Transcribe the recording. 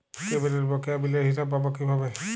কেবলের বকেয়া বিলের হিসাব পাব কিভাবে?